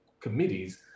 committees